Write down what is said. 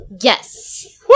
Yes